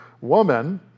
woman